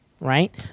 right